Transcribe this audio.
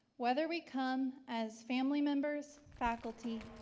whether we come as family members, faculty,